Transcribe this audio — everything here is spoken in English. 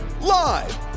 Live